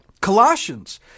Colossians